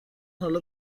حالا